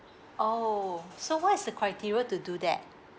oh so what is the criteria to do that